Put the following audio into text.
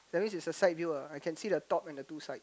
that's mean it's a side deal ah I can see the top and the two side